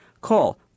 Call